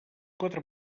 quatre